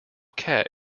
cat